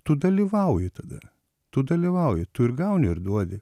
tu dalyvauji tada tu dalyvauji tu ir gauni ir duodi